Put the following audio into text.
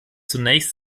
zunächst